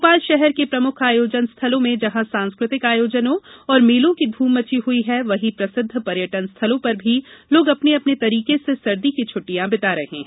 भोपाल शहर के प्रमुख आयोजनों स्थलों में जहां सांस्कृतिक आयोजनों और मेलों की धूम मची हुई है वहीं प्रसिद्व पर्यटन स्थलों पर भी लोग अपने अपने तरिके से सर्दी की छुट्टियां बीता रहे हैं